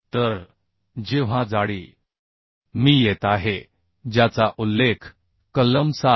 तर जेव्हा जाडी मी येत आहे ज्याचा उल्लेख कलम 7